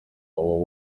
our